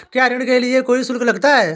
क्या ऋण के लिए कोई शुल्क लगता है?